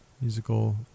musical